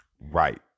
right